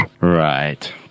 Right